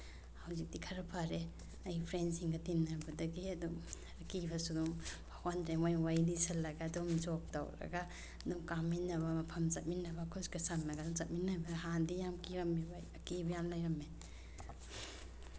ꯍꯧꯖꯤꯛꯇꯤ ꯈꯔ ꯐꯔꯦ ꯑꯩꯒꯤ ꯐ꯭ꯔꯦꯟꯁꯁꯤꯡꯒ ꯇꯤꯟꯅꯕꯗꯒꯤ ꯑꯗꯨꯝ ꯑꯀꯤꯕꯁꯨ ꯑꯗꯨꯝ ꯐꯥꯎꯍꯟꯗ꯭ꯔꯦ ꯃꯣꯏ ꯋꯥꯔꯤ ꯂꯤꯁꯤꯟꯂꯒ ꯑꯗꯨꯝ ꯖꯣꯛ ꯇꯧꯔꯒ ꯑꯗꯨꯝ ꯀꯥꯃꯤꯟꯅꯕ ꯃꯐꯝ ꯆꯠꯃꯤꯟꯅꯕ ꯈꯨꯠꯀ ꯁꯝꯃꯒ ꯑꯗꯨꯝ ꯆꯠꯃꯤꯟꯅ ꯍꯥꯟꯅꯗꯤ ꯌꯥꯝ ꯀꯤꯔꯝꯃꯦꯕ ꯑꯩ ꯑꯀꯤꯕ ꯌꯥꯝ ꯂꯩꯔꯝꯃꯦ